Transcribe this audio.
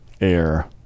air